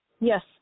Yes